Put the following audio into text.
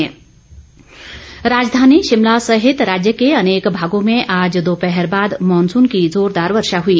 मौसम राजधानी शिमला सहित राज्य के अनेक भागों में आज दोपहर बाद मॉनसून की जोरदार वर्षा हुई